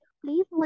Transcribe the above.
please